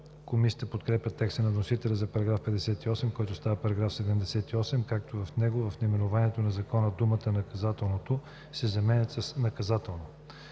Комисията подкрепя текста на вносителя за § 58, който става § 78, като в него в наименованието на закона думата „наказателното“ се заменя с „наказателно“.